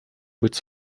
быть